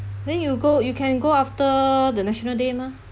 then you go you can go after the national day mah